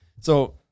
So-